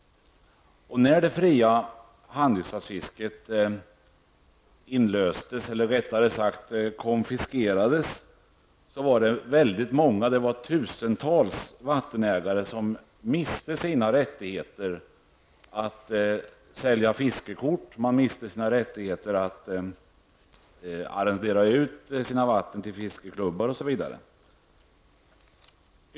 miste tusentals vattenägare sina rättigheter att sälja fiskekort och att arrendera ut sina vatten till fiskeklubbar osv.